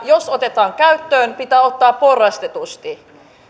jos valinnanvapausjärjestelmä otetaan käyttöön se pitää ottaa porrastetusti